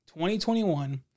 2021